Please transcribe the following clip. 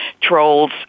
Trolls